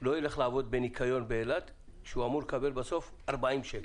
לא ילך לעבוד בניקיון באילת כשבסוף הוא אמור לקבל 40 שקלים.